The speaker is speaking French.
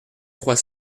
trois